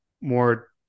more